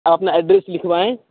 अब अपना एड्रेस लिखवाएँ